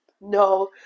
No